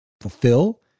fulfill